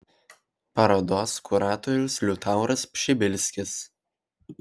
parodos kuratorius liutauras pšibilskis